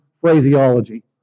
phraseology